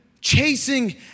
chasing